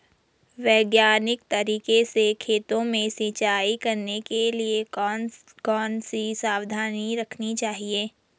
वैज्ञानिक तरीके से खेतों में सिंचाई करने के लिए कौन कौन सी सावधानी रखनी चाहिए?